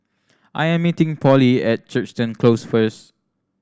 I am meeting Polly at Crichton Close first